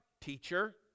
teacher